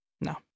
No